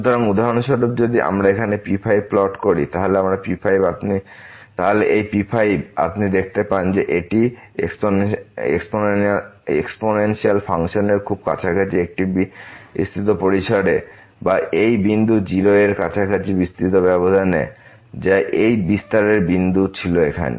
সুতরাং উদাহরণস্বরূপ যদি আমরা এখানে P5প্লট করি তাহলে এই P5 আপনি দেখতে পান যে এটি এক্সপোনেন্সিয়াল ফাংশনের খুব কাছাকাছি একটি বিস্তৃত পরিসরে বা এই বিন্দু 0 এর কাছাকাছি বিস্তৃত ব্যবধানে যা এই বিস্তারের বিন্দু ছিল এখানে